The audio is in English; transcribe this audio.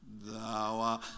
thou